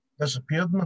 disappeared